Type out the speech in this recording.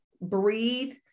breathe